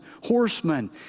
horsemen